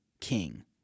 king